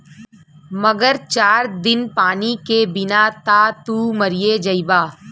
मगर चार दिन पानी के बिना त तू मरिए जइबा